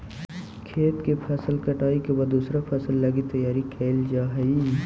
खेत के फसल कटाई के बाद दूसर फसल लगी तैयार कैल जा हइ